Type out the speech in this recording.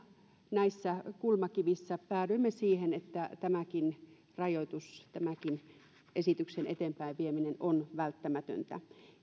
näissä kulmakivissä päädyimme siihen että tämäkin rajoitus tämänkin esityksen eteenpäinvieminen on välttämätöntä